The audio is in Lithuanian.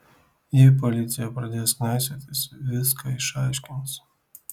jei policija pradės knaisiotis viską išaiškins